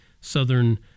southern